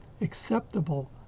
acceptable